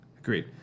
Agreed